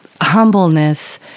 humbleness